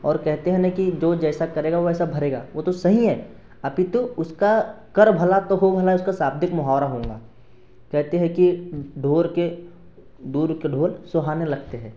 और कहते हैं न कि जो जैसा करेगा वो वैसा भरेगा वो तो सही है अपितु उसका कर भला तो हो भला उसका शाब्दिक मोहावरा होगा कहते हैं कि ढोड़ के दूर के ढोल सुहावने लगते हैं